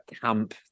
camp